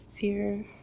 Fear